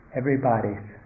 everybody's